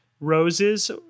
roses